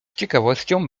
ciekawością